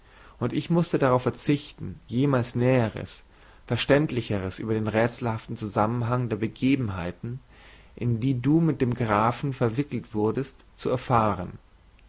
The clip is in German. und ich mußte darauf verzichten jemals näheres verständlicheres über den rätselhaften zusammenhang der begebenheiten in die du mit dem grafen verwickelt wurdest zu erfahren